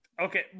Okay